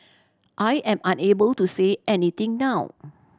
I am unable to say anything now